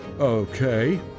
Okay